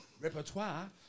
Repertoire